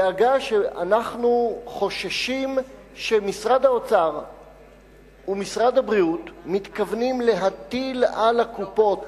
אנו חוששים שמשרד האוצר ומשרד הבריאות מתכוונים להטיל על הקופות